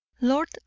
lord